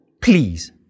please